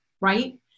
right